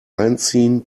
einziehen